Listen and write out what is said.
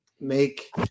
make